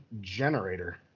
generator